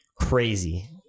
Crazy